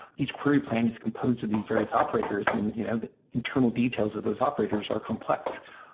each query plan is composed of these various operators, and you know the internal details of those operators are complex.